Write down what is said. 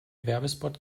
werbespot